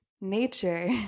nature